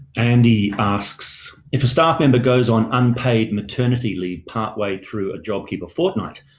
andy asks if a staff member goes on unpaid maternity leave partway through a jobkeeper fortnight,